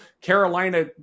Carolina